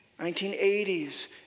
1980s